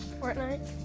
Fortnite